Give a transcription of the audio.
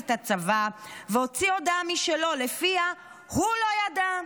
את הצבא והוציא הודעה משלו ולפיה הוא לא ידע,